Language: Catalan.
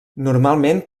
normalment